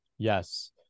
Yes